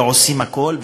ועושים הכול,